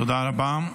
תודה רבה.